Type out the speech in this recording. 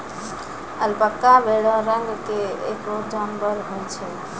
alpaca भेड़ो रंग के एगो जानबर होय छै